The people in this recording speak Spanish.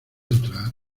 entrar